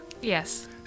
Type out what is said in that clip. Yes